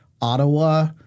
Ottawa